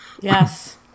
Yes